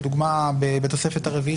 לדוגמה בתוספת הרביעית,